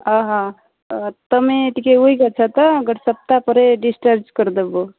ତମେ ଟିକେ ୱିକ୍ ଅଛ ତ ଗୋଟେ ସପ୍ତାହ ପରେ ଡ଼ିସଚାର୍ଜ୍ କରିଦେବୁ